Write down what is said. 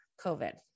COVID